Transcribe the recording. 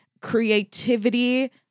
Creativity